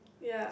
ya